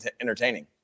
entertaining